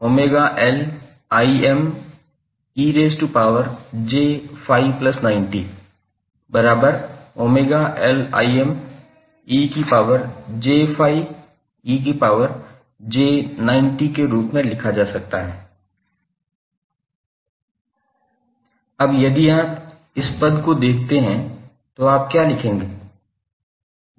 तो यह 𝑽 के रूप में लिखा जा सकता है अब यदि आप इस पद को देखते हैं तो आप क्या लिखेंगे